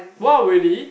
wow really